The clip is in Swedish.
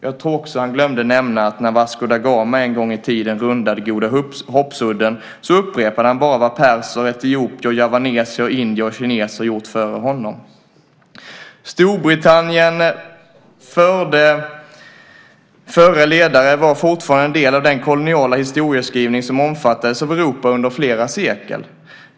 Jag tror också att han glömde nämna att när Vasco da Gama en gång i tiden rundade Godahoppsudden så upprepade han bara vad perser, etiopier, javaneser, indier och kineser gjort före honom. Storbritanniens förre ledare var fortfarande en del av den koloniala historieskrivning som omfattades av Europa under flera sekel.